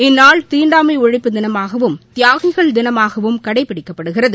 இந்நாள் தீண்டாமை ஒழிப்பு தினமாகவும் தியாகிகள் தினமாகவும் கடைபிடிக்கப்படுகிறது